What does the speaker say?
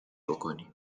بکنی